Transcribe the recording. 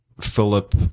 Philip